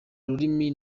rurimi